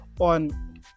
on